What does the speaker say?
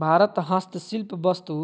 भारत हस्तशिल्प वस्तु,